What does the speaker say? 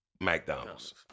McDonald's